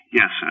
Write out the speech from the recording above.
Yes